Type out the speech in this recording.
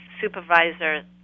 Supervisor